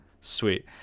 Sweet